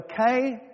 okay